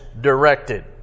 directed